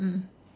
mm mm